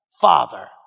father